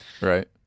Right